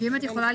את יכולה,